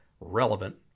relevant